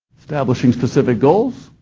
establishing specific goals,